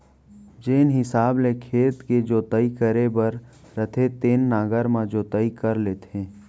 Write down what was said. जेन हिसाब ले खेत के जोताई करे बर रथे तेन नांगर म जोताई कर लेथें